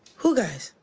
who guys?